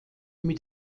mit